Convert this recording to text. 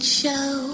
show